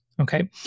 Okay